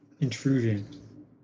intrusion